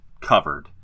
covered